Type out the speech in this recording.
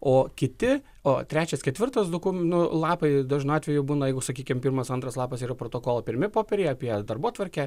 o kiti o trečias ketvirtas dokum nu lapai dažnu atveju būna jeigu sakykim pirmas antras lapas yra protokolo pirmi popieriai apie darbotvarkę